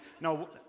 No